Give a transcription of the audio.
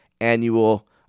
annual